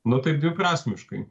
nu taip dviprasmiškai